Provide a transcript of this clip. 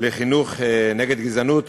לחינוך נגד גזענות